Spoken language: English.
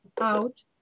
out